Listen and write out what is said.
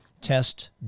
test